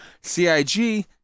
CIG